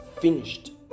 finished